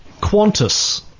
Qantas